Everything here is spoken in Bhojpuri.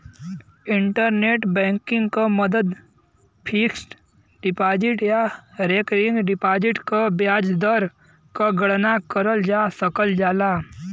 इंटरनेट बैंकिंग क मदद फिक्स्ड डिपाजिट या रेकरिंग डिपाजिट क ब्याज दर क गणना करल जा सकल जाला